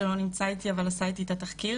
שלא נמצא איתי אבל עשה איתי את התחקיר,